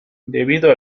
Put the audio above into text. debido